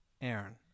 Aaron